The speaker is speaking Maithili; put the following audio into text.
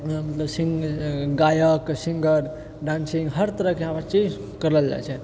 मतलब गायक सिङ्गर डान्सिंग हर तरहकेँ यहाँ पर चीज करल जाइत छै